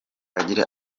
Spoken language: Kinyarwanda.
agira